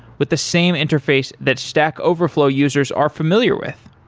with the same interface that stack overflow users are familiar with.